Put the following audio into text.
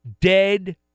dead